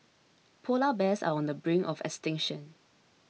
Polar Bears are on the brink of extinction